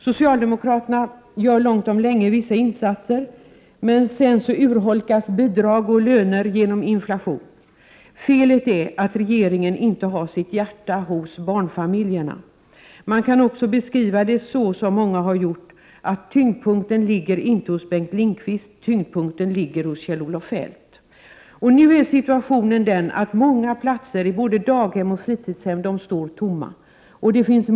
Socialdemokraterna gör långt om länge vissa insatser, men sedan urholkas bidrag och löner genom inflationen. Felet är att regeringen inte har sitt hjärta hos barnfamiljerna. Man kan också beskriva det så som många har gjort, att tyngdpunkten inte ligger hos Bengt Lindqvist - tyngdpunkten ligger hos Kjell-Olof Feldt. Nu är situationen den att många plaser i både daghem och fritidshem står tomma.